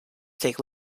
take